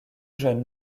jeunes